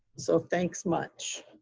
so thanks much.